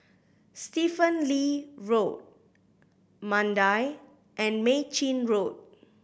Stephen Lee Road Mandai and Mei Chin Road